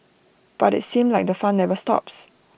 but IT seems like the fun never stops